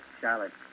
Charlotte